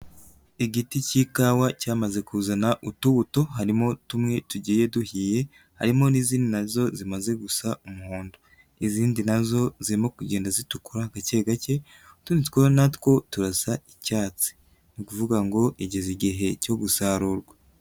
Igiti k'ikawa cyamaze kuzana utubuto, harimo tumwe tugiye duhiye harimo n'izindi nazo zimaze gusa umuhondo, izindi nazo zirimo kugenda zitukura gake gake utundi natwo turasa icyatsi. Ni ukuvuga ngo igeze igihe cyo gusarurwa.